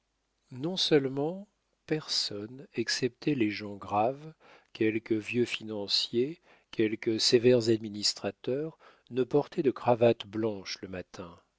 frère non-seulement personne excepté les gens graves quelques vieux financiers quelques sévères administrateurs ne portaient de cravate blanche le matin